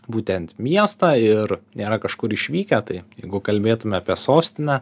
būtent miestą ir nėra kažkur išvykę tai jeigu kalbėtume apie sostinę